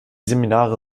seminare